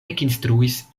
ekinstruis